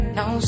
no